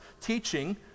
Teaching